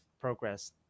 progress